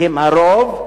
והם הרוב,